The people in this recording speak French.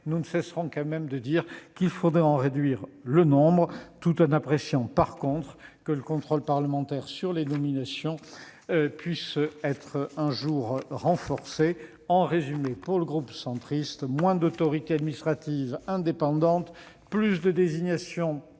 nous ne cesserons pas de dire qu'il faudrait réduire le nombre de ces autorités, tout en appréciant que le contrôle parlementaire sur les nominations puisse être un jour renforcé. En résumé, pour le groupe centriste, il faut moins d'autorités administratives indépendantes et plus de désignations